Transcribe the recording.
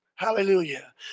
Hallelujah